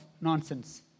nonsense